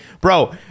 bro